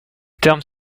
terme